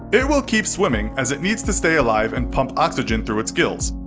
it will keep swimming as it needs to stay alive and pump oxygen through its gills.